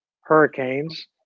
hurricanes